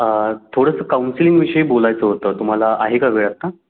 थोडंसं काउन्सिलिंगविषयी बोलायचं होतं तुम्हाला आहे का वेळ आता